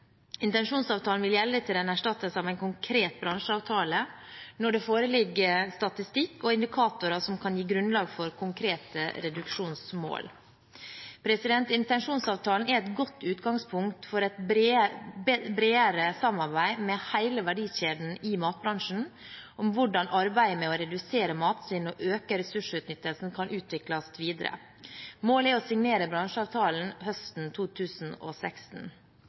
Intensjonsavtalen vil gjelde til den erstattes av en konkret bransjeavtale når det foreligger statistikk og indikatorer som kan gi grunnlag for konkrete reduksjonsmål. Intensjonsavtalen er et godt utgangspunkt for et bredere samarbeid med hele verdikjeden i matbransjen om hvordan arbeidet med å redusere matsvinn og øke ressursutnyttelsen kan utvikles videre. Målet er å signere bransjeavtalen høsten 2016.